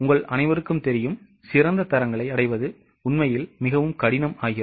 உங்கள் அனைவருக்கும் தெரியும் சிறந்த தரங்களை அடைவது உண்மையில் மிகவும் கடினம் ஆகிறது